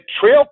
trail